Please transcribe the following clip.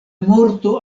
morto